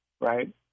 right